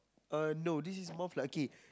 uh no this is more of like okay